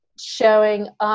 showing